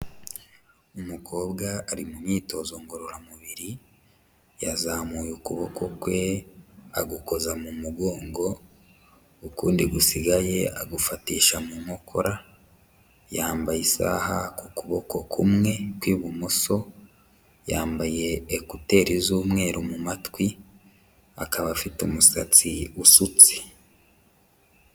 Umukobwa ari mu myitozo ngororamubiri, yazamuye ukuboko kwe agukoza mu mugongo, ukundi gusigaye agufatisha mu nkokora, yambaye isaha ku kuboko kumwe kw'ibumoso, yambaye ekuteri z'umweru mu matwi, akaba afite umusatsi usutse.